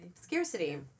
Scarcity